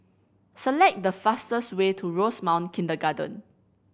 select the fastest way to Rosemount Kindergarten